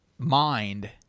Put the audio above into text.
mind